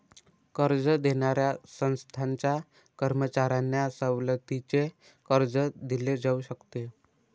कर्ज देणाऱ्या संस्थांच्या कर्मचाऱ्यांना सवलतीचे कर्ज दिले जाऊ शकते